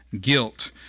guilt